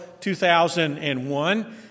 2001